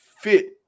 fit